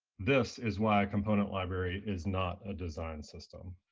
this is why component library is not a design system.